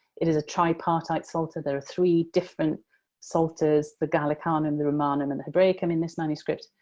it is a tripartite psalter. there are three different psalters the gallicanum, the romanum, and the hebraicum, in this manuscript,